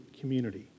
community